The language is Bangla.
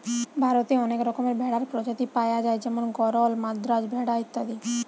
ভারতে অনেক রকমের ভেড়ার প্রজাতি পায়া যায় যেমন গরল, মাদ্রাজ ভেড়া ইত্যাদি